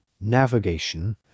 navigation